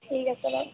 ঠিক আছে বাৰু